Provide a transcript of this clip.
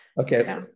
okay